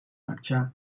marxar